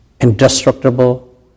Indestructible